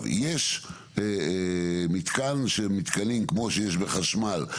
יש מתקן שמתקינים כמו שיש בחשמל,